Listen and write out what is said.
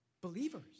believers